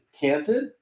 canted